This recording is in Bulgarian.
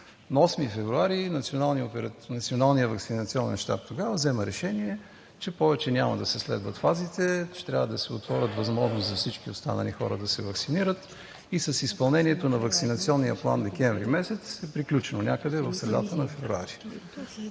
8 февруари Националният ваксинационен щаб тогава взема решение, че повече няма да се следват фазите, че трябва да се отворят възможности за всички останали хора да се ваксинират и с изпълнението на Ваксинационния план декември месец е приключено някъде в средата на февруари,